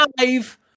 five